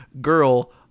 Girl